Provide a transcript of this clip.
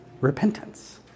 repentance